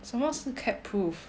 什么是 cat proof